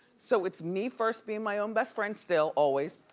so it's me first being my own best friend, still, always.